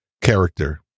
character